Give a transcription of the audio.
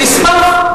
אני אשמח.